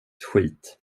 skit